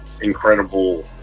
Incredible